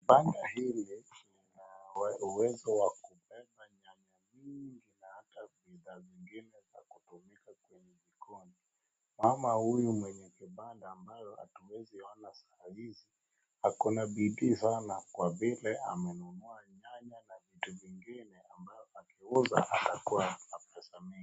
Kibanda hili linauwezo wa kubeba nyanya mingi na hata saa zingine za kutumika kwenye jikoni. Mama huyu mwenye kibanda ambao hatuwezi ona saa hizi ako na bidii sana kwa vile amenunua nyanya na vitu vingine ambayo akiunza atakuwa na pesa nyingi.